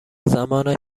زمانش